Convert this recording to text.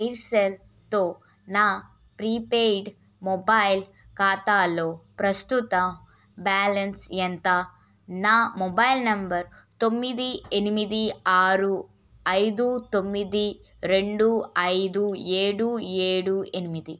ఎయిర్సెల్తో నా prepaid mobile ఖాతాలో ప్రస్తుత బ్యాలెన్స్ ఎంత నా మొబైల్ నంబర్ తొమ్మిది ఎనిమిది ఆరు ఐదు తొమ్మిది రొండు ఐదు ఏడు ఏడు ఎనిమిది